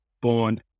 born